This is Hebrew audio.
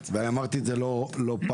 ואני אמרתי את זה לא פעם,